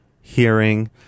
hearing